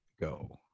go